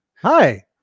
Hi